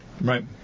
Right